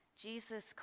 Jesus